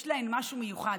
יש בהן משהו מיוחד.